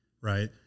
right